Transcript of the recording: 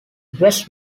west